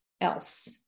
else